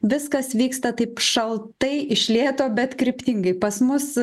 viskas vyksta taip šaltai iš lėto bet kryptingai pas mus